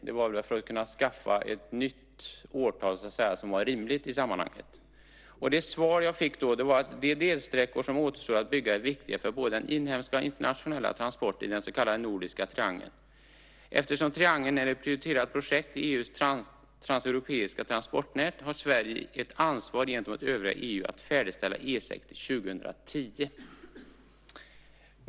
Det var för att kunna skaffa ett nytt årtal som var rimligt i sammanhanget. Det svar jag fick då var att de delsträckor som återstår att bygga är viktiga för både inhemska och internationella transporter i den så kallade nordiska triangeln. Eftersom triangeln är ett prioriterat projekt i EU:s transeuropeiska transportnät har Sverige ett ansvar gentemot övriga EU att färdigställa E 6 till 2010.